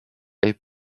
est